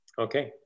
Okay